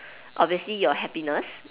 obviously your happiness